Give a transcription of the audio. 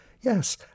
Yes